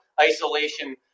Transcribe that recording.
isolation